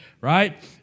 right